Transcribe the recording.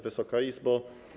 Wysoka Izbo!